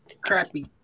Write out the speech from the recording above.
crappy